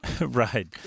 Right